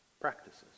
practices